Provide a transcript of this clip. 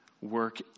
work